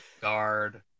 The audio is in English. Guard